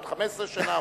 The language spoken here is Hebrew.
עוד 15 שנה,